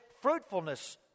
fruitfulness